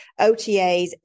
OTAs